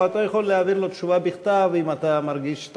או להעביר לו תשובה בכתב אם אתה מרגיש שאתה